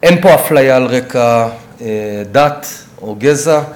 אין פה אפליה על רקע דת או גזע.